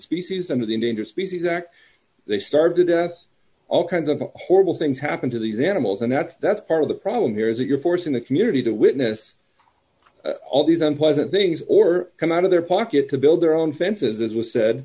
species under the endangered species act they starve to death all kinds of horrible things happen to these animals and that's that's part of the problem here is that you're forcing the community to witness all these unpleasant things or come out of their pocket to build their own fences as was said